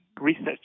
research